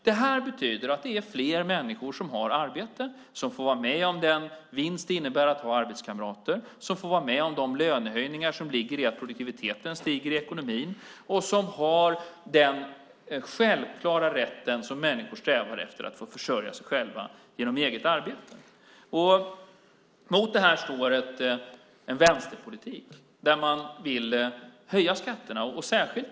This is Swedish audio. Detta betyder att det är fler människor som har arbete, som får vara med om den vinst det innebär att ha arbetskamrater, som får vara med om de lönehöjningar som ligger i att produktiviteten stiger i ekonomin och som har den självklara rätt som människor strävar efter, nämligen att få försörja sig själva genom eget arbete. Mot detta står en vänsterpolitik där man vill höja skatterna.